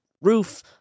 Roof